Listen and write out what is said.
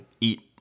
eat